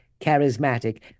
charismatic